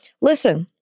Listen